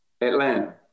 Atlanta